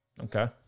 Okay